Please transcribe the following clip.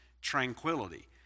tranquility